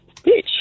bitch